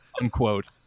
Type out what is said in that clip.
Unquote